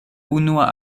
unua